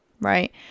right